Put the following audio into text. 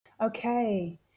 Okay